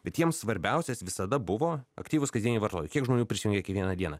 bet jiems svarbiausias visada buvo aktyvūs kasdieniai vartojai kiek žmonių prisijungia kiekvieną dieną